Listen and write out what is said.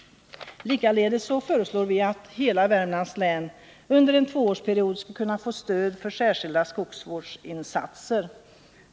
Likaledes föreslår vi att hela Värmlands län under en tvåårsperiod skall kunna få stöd för särskilda skogsvårdsinsatser.